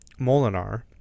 Molinar